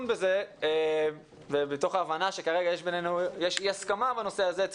בזה מתוך הבנה שכרגע יש אי הסכמה בנושא הזה,